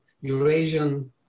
Eurasian